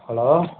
hello